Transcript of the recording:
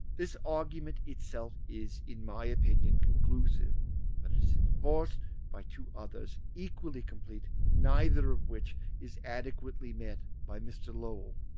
this argument itself is, in my opinion, conclusive but it is enforced by two others equally complete, neither of which is adequately met by mr. lowell.